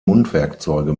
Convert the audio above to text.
mundwerkzeuge